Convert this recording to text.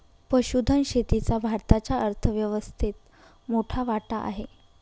पशुधन शेतीचा भारताच्या अर्थव्यवस्थेत मोठा वाटा आहे